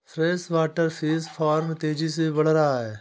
freshwater fish farm तेजी से बढ़ रहा है